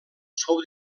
fou